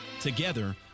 Together